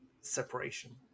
separation